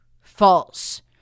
false